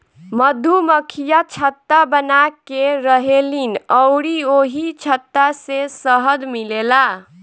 मधुमक्खियाँ छत्ता बनाके रहेलीन अउरी ओही छत्ता से शहद मिलेला